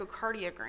echocardiogram